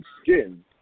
skin